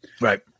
Right